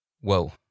Whoa